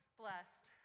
blessed